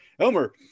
elmer